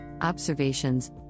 observations